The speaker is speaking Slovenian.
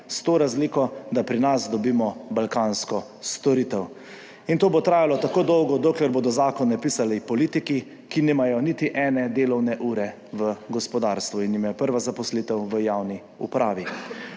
s to razliko, da pri nas dobimo balkansko storitev.« In to bo trajalo tako dolgo, dokler bodo zakone pisali politiki, ki nimajo niti ene delovne ure v gospodarstvu in jim je prva zaposlitev v javni upravi.